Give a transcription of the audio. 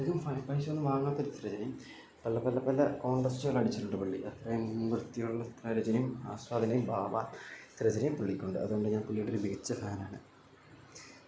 അധികം പണി പൈസയൊന്നും വാങ്ങാത്ത ഒരു ചിതരെചനയും പല പല പല കോണ്ടസ്റ്റുകൾ അടിച്ചിട്ടുണ്ട് പുള്ളി അത്രയും വൃത്തിയുള്ള ചിത്രരെചനയും ആസ്വാദനം ഭാവം ചിത്രരചനയും പുള്ളിക്കുണ്ട് അതുകൊണ്ട് ഞാൻ പുള്ളിയുടെ ഒരു മികച്ച ഫാനാണ്